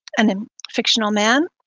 and um fictional man,